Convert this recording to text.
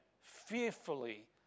fearfully